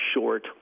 short